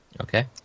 okay